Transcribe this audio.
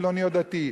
חילוני או דתי.